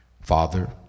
Father